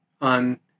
on